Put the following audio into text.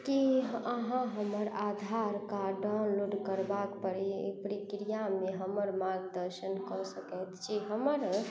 की अहाँ हमर Aadhaar card download करबाक पर प्रक्रियामे हमर मार्गदर्शन कऽ सकैत छी हमर